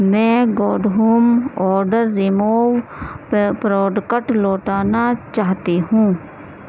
میں گوڈ ہوم اوڈر ریمو پے پروڈکٹ لوٹانا چاہتی ہوں